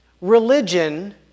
religion